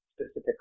specific